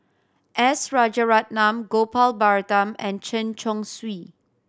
S Rajaratnam Gopal Baratham and Chen Chong Swee